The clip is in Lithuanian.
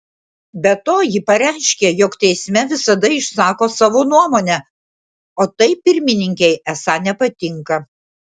be to ji pareiškė jog teisme visada išsako savo nuomonę o tai pirmininkei esą nepatinka